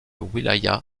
wilaya